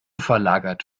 verlagert